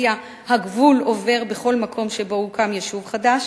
שלפיה הגבול עובר בכל מקום שבו הוקם יישוב חדש,